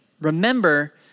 Remember